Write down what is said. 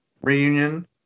reunion